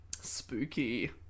Spooky